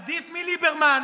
עדיף מליברמן.